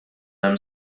hemm